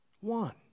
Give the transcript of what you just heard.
One